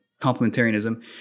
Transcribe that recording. complementarianism